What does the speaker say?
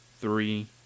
three